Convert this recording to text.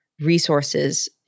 resources